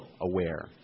aware